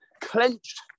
clenched